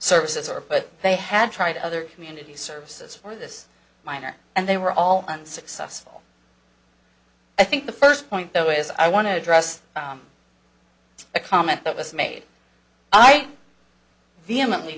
services or but they had tried other community services for this minor and they were all unsuccessful i think the first point though is i want to address a comment that was made i vehemently